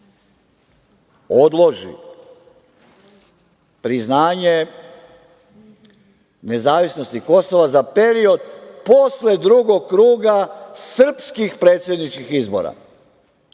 odloži priznanje nezavisnosti Kosova za period posle drugog kruga srpskih predsedničkih izbora,